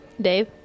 Dave